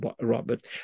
Robert